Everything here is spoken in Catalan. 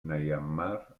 myanmar